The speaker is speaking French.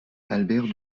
albert